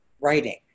writing